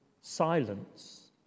silence